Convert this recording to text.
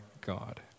God